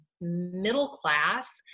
middle-class